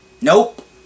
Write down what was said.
nope